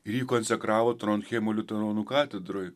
ir jį konsekravo troncheimo liuteronų katedroj